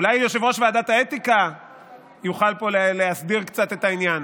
אולי יושב-ראש ועדת האתיקה יוכל פה להסדיר קצת את העניין.